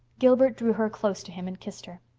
gilbert drew her close to him and kissed her.